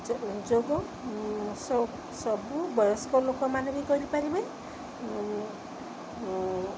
ଯୋଗ ସ ସବୁ ବୟସ୍କ ଲୋକମାନେ ବି କରିପାରିବେ